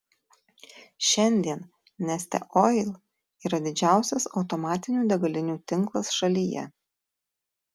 šiandien neste oil yra didžiausias automatinių degalinių tinklas šalyje